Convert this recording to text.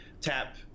tap